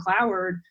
Cloward